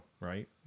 right